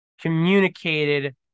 communicated